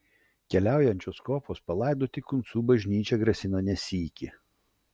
keliaujančios kopos palaidoti kuncų bažnyčią grasino ne sykį